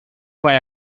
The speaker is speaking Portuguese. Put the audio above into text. vai